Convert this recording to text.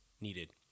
needed